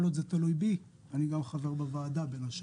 כל עוד זה תלוי בי, אני גם חבר בוועדה בין השאר.